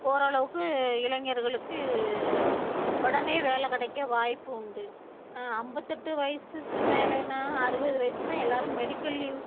ஓரளவுக்கு இளைஞர்களுக்கு உடனே வேலை கிடைக்க வாய்ப்பு உண்டு ஐம்பத்தெட்டு வயதுக்கு மேலேனா அறுபது வயசுனால் எல்லாரும் மெடிக்கல் லீவ்